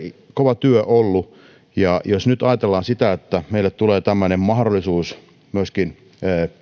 kova työ ollut ja jos nyt ajatellaan sitä että meille tulee tämmöinen mahdollisuus hävittää myöskin